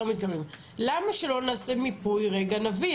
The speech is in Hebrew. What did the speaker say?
למה שלא נעשה מיפוי ונבין.